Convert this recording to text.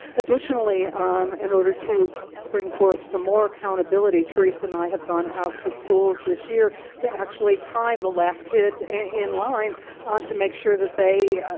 additionally um in order to bring forth some more accountability teresa and i have gone out to schools this year to actually time the last kid in line to make sure that they,